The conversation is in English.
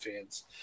fans